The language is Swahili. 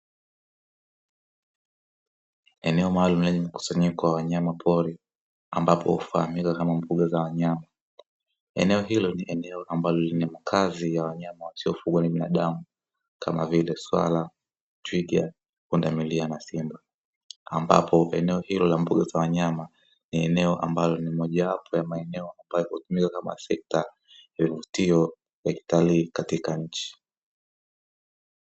Eneo maalumu lenye mkusanyiko wa wanyama pori ambapo hufahamika kama mbuga za wanyama, eneo hilo ni eneo ambalo ni makazi ya wanyama wasiofungwa na binadamu kama vile swala, twiga, pundamilia na simba, ambapo eneo hilo la bunga za wanyama ni eneo ambalo ni moja wapo wa maeneo ambapo hutumika kama sekta ya vivutio ya kitalii katika nchi.